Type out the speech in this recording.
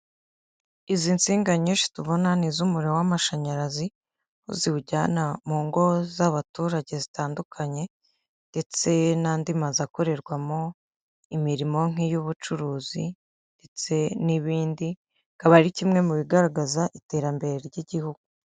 Izi ntsinga nyinshi tubona, ni iz'umuriro w'amashanyarazi, aho ziwujyana mu ngo z'abaturage zitandukanye, ndetse n'andi mazu akorerwamo imirimo nk'iy'ubucuruzi, ndetse n'ibindi, akaba ari kimwe mu bigaragaza iterambere ry'igihugu.